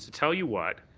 tell you what,